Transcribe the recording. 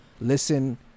listen